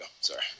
Sorry